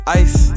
ice